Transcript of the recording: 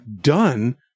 done